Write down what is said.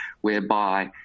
whereby